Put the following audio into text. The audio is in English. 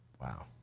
Wow